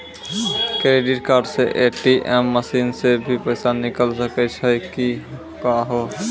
Credit card से ATM machine से भी पैसा निकल सकै छि का हो?